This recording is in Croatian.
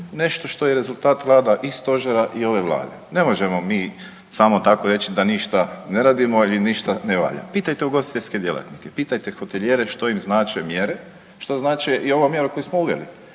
nešto što je rezultat rada i Stožera i ove Vlade. Ne možemo mi samo tako reći da ništa ne radimo i ništa ne valja. Pitajte ugostiteljske djelatnike, pitajte hotelijere što im znače mjere, što znači i ova mjera koju smo uveli?